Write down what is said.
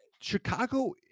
Chicago